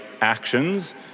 actions